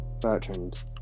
Bertrand